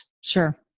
Sure